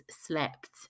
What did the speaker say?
slept